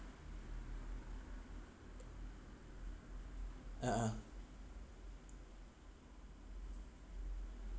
uh